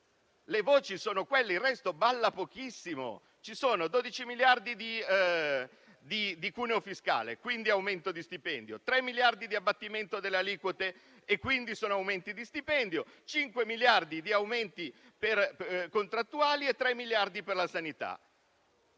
le voci sono quelle, il resto balla pochissimo. Ci sono 12 miliardi di cuneo fiscale e quindi aumento degli stipendi, 3 miliardi di abbattimento delle aliquote e quindi aumenti di stipendio, 5 miliardi di aumenti contrattuali e 3 miliardi per la sanità.